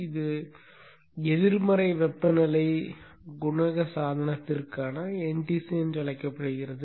இது எதிர்மறை வெப்பநிலை குணக சாதனத்திற்கான NTC என்றும் அழைக்கப்படுகிறது